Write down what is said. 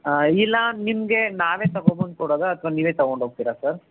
ಹಾಂ ಇಲ್ಲ ನಿಮಗೆ ನಾವೇ ತಗೋಬಂದು ಕೊಡೋದಾ ಅಥವಾ ನೀವೇ ತಗೊಂಡು ಹೋಗ್ತಿರ ಸರ್